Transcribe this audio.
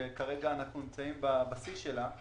וכרגע אנחנו בשיא שלה.